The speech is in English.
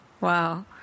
Wow